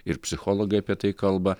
ir psichologai apie tai kalba